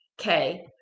okay